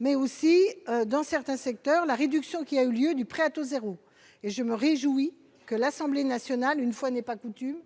mais aussi dans certains secteurs, la réduction qui a eu lieu du prêt à taux 0 et je me réjouis que l'Assemblée nationale, une fois n'est pas coutume